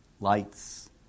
lights